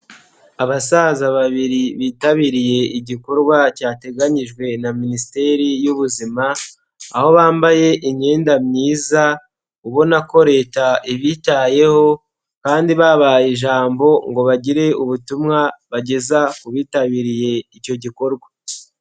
Abasaza babiri bitabiriye igikorwa cyateganyijwe na minisiteri y'ubuzima, aho bambaye imyenda myiza ubona ko leta ibitayeho kandi babahaye ijambo ngo bagire ubutumwa bageza ku bitabiriye icyo gikorwa.